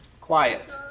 Quiet